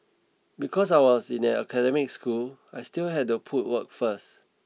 because I was in an academic school I still had to put work first